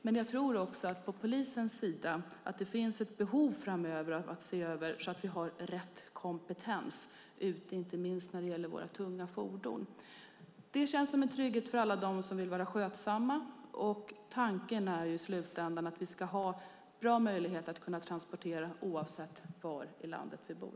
Men jag tror också att det från polisens sida framöver finns ett behov av att se till att ha rätt kompetens ute, inte minst när det gäller tunga fordon. Det känns som en trygghet för alla som vill vara skötsamma. Tanken är att vi i slutändan ska ha möjlighet att transportera oavsett var i landet vi bor.